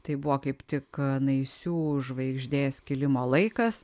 tai buvo kaip tik naisių žvaigždės kilimo laikas